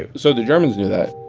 yeah so the germans knew that.